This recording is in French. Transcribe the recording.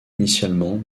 initialement